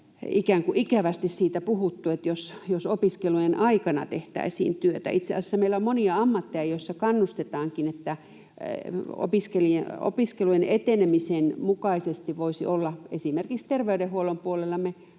ikävästi puhuttu, siitä, jos opiskelujen aikana tehtäisiin työtä. Itse asiassa meillä on monia ammatteja, joissa kannustetaankin, että opiskelujen etenemisen mukaisesti voisi olla töissä. Esimerkiksi terveydenhuollon puolella me